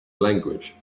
language